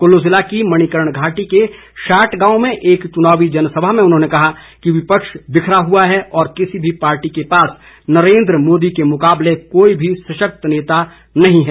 कुल्लू जिला की मणिकर्ण घाटी के शाट गांव में एक चुनाव जनसभा में उन्होंने कहा कि विपक्ष बिखरा हुआ है और किसी भी पार्टी के पास नरेन्द्र मोदी के मुकाबले कोई भी सशक्त नेता नहीं है